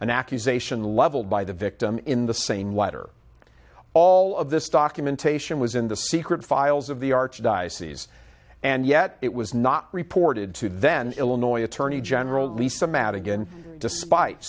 an accusation leveled by the victim in the same letter all of this documentation was in the secret files of the archdiocese and yet it was not reported to then illinois attorney general lisa madigan despite